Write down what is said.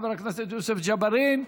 חבר הכנסת יוסף ג'בארין.